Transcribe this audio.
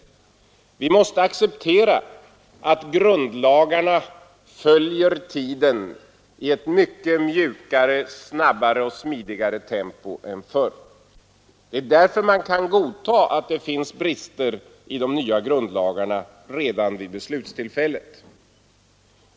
Vi måste acceptera att grundlagarna följer tiden i ett mycket mjukare, snabbare och smidigare tempo än förr. Det är därför man kan godta att det finns brister i de nya grundlagarna redan vid beslutstillfället.